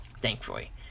thankfully